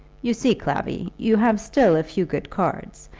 you see, clavvy, you have still a few good cards,